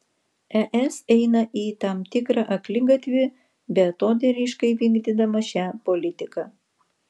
es eina į tam tikrą akligatvį beatodairiškai vykdydama šią politiką